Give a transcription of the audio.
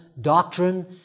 doctrine